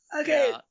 okay